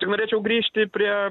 tik norėčiau grįžti prie